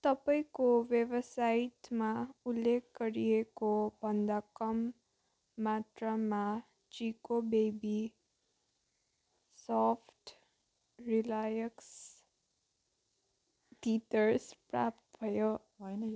तपाईँको वेबसाइटमा उल्लेख गरिएको भन्दा कम मात्रमा Chicco baby soap relax teether प्राप्त भयो